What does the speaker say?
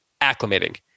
acclimating